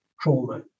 trauma